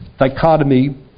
dichotomy